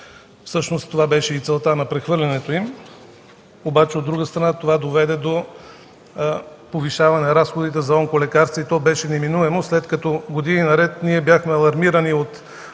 Всъщност това беше и целта на прехвърлянето им. От друга страна, това доведе до повишаване на разходите за онколекарства и то беше неминуемо, след като години наред бяхме алармирани от